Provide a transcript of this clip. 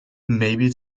maybe